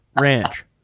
ranch